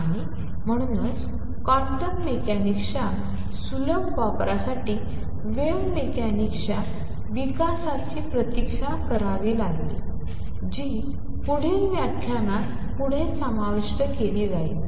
आणि म्हणूनच क्वांटम मेकॅनिक्सच्या सुलभ वापरासाठी वेव्ह मेकॅनिक्सच्या विकासाची प्रतीक्षा करावी लागली जी पुढील व्याख्यानात पुढे समाविष्ट केली जाईल